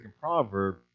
Proverb